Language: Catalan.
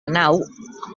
nau